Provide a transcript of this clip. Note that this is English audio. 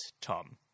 Tom